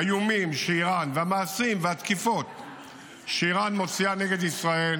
האיומים, המעשים והתקיפות שאיראן מוציאה נגד ישראל